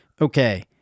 okay